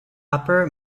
upper